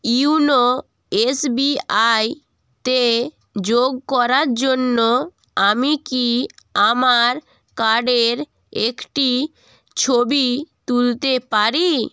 YONO এসবিআইতে যোগ করার জন্য আমি কি আমার কার্ডের একটি ছবি তুলতে পারি